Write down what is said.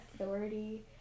authority